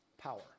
power